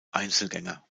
einzelgänger